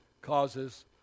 causes